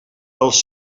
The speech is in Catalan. pels